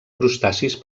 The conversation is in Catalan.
crustacis